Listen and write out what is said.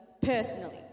personally